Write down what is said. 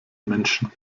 menschen